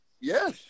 Yes